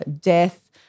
death